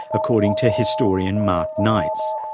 according to historian mark knights.